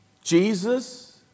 Jesus